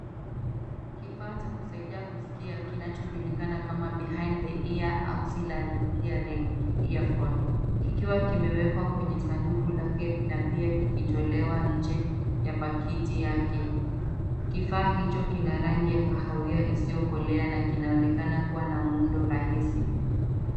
Kifaa cha kusaidia kuskia kinachojulikana kama behind the ear auxiliary hearing earphone kikiwa kumewekwa kwenye sanduku lake na pia kikitolewa nje ya pakiti yake. Kifaa hicho kina rangi ya kahawia isio kolea na kinaonekana kuwa na muundo rahisi.